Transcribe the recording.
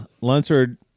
Lunsford